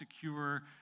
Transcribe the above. secure